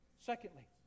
Secondly